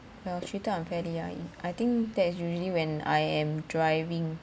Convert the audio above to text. when I was treated unfairly ah I think that is usually when I am driving